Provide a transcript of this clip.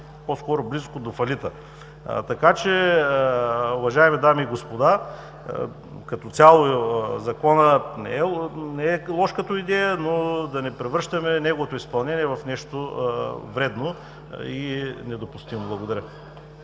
по-скоро близко до фалита. Уважаеми дами и господа, като цяло Законът не е лош като идея, но да не превръщаме неговото изпълнение в нещо вредно и недопустимо. Благодаря.